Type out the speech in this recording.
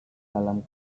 dalam